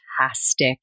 Fantastic